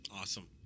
Awesome